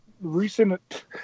recent